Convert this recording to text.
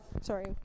Sorry